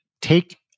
take